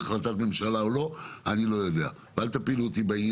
ושלא תהיה